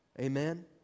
Amen